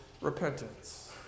repentance